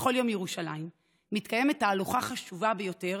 בכל יום ירושלים מתקיימת תהלוכה חשובה ביותר,